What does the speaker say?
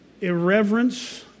irreverence